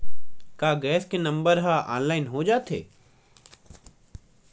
का गैस के नंबर ह ऑनलाइन हो जाथे?